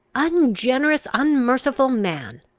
ungenerous, unmerciful man!